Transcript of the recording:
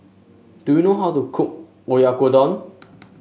do you know how to cook Oyakodon